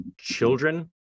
children